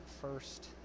first